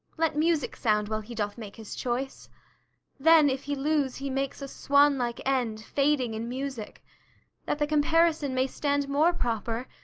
let music sound while he doth make his choice then, if he lose, he makes a swan-like end, fading in music that the comparison may stand more proper,